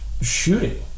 shooting